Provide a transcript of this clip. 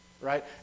right